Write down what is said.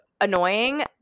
annoying